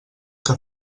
que